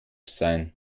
sein